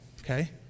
Okay